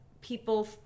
people